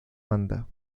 manda